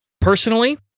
personally